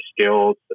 skills